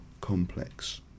complex